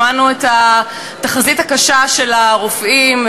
שמענו את התחזית הקשה של הרופאים,